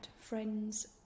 friends